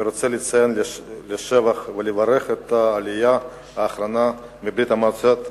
אני רוצה לציין לשבח ולברך את העלייה האחרונה מברית-המועצות לשעבר,